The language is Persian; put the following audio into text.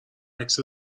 عکس